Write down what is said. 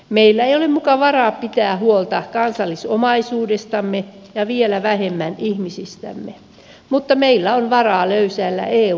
meillä ei ole muka varaa pitää huolta kansallisomaisuudestamme ja vielä vähemmän ihmisistämme mutta meillä on varaa löysäillä eu politiikassa